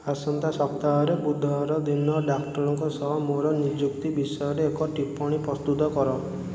ଆସନ୍ତା ସପ୍ତାହରେ ବୁଧବାର ଦିନ ଡାକ୍ତରଙ୍କ ସହ ମୋର ନିଯୁକ୍ତି ବିଷୟରେ ଏକ ଟିପ୍ପଣୀ ପ୍ରସ୍ତୁତ କର